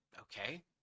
Okay